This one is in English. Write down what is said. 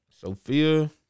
Sophia